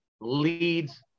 leads